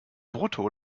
brutto